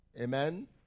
Amen